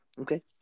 okay